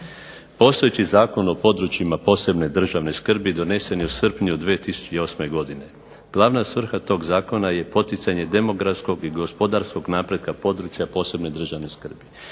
Postojeći Zakon o područjima posebne državne skrbi donesen je u srpnju 2008. godine. Glavna svrha tog zakona je poticanje demografskog i gospodarskog napretka područja posebne državne skrbi.